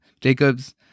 Jacobs